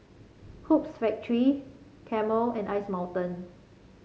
Hoops Factory Camel and Ice Mountain